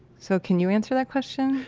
so, can you answer that question?